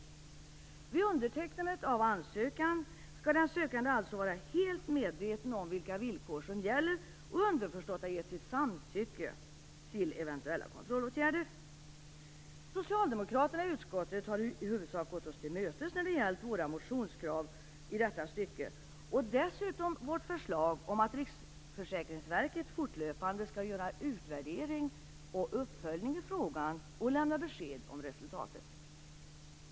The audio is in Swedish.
Vid undertecknandet av ansökan skall den sökande alltså vara helt medveten om vilka villkor som gäller och underförstått ha gett sitt samtycke till eventuella kontrollåtgärder. Socialdemokraterna i utskottet har i huvudsak gått oss till mötes när det gällt våra motionskrav i detta stycke och dessutom när det gällt vårt förslag om att Riksförsäkringsverket fortlöpande skall göra utvärdering och uppföljning i frågan och lämna besked om resultatet.